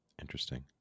Interesting